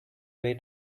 way